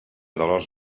dòlars